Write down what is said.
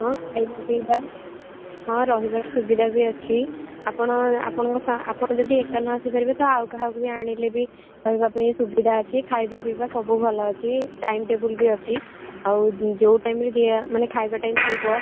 ହଁ ଖାଇବା ପିଇବା ହଁ ରହିବାର ସୁବିଧା ବି ଅଛି ଆପଣ ଆପଣଙ୍କ ସା ଆପଣ ଯଦି ଏକା ନ ଆସିପାରିବେ ତ ଆଉ କାହାକୁ ବି ଆଣିଲେ ବି ରହିବା ପାଇଁ ସୁବିଧା ଅଛି ଖାଇବା ପିଇବା ସବୁ ଭଲ ଅଛି ଟାଇମ୍ ଟେବୁଲ୍ ବି ଅଛି ଆଉ ଯେଉଁ ଟାଇମ୍ରେ ଦିଆ ମାନେ ଖାଇବା ଟାଇମ୍ ଥିବ